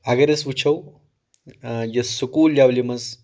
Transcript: اَگر أسۍ وٕچھو یہِ سٔکوٗل لیٚولہِ منٛز